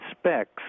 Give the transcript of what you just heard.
specs